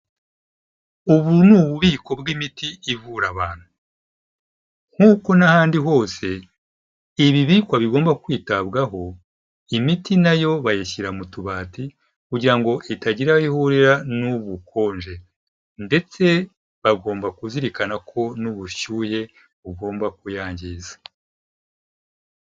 Ubu ni ububiko bw'imiti ivura abantu. Nk'uko n'ahandi hose ibibikwa bigomba kwitabwaho, imiti na yo bayishyira mu tubati kugira ngo itagira aho ihurira n'ubukonje ndetse bagomba kuzirikana ko n'ubushyuhe bugomba kuyangiza.